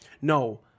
no